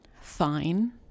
fine